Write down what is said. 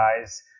guys